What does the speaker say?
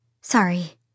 Sorry